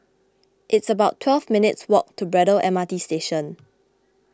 it's about twelve minutes' walk to Braddell M R T Station